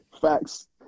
Facts